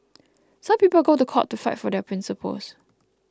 some people go to court to fight for their principles